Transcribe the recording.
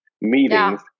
meetings